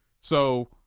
So-